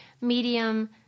medium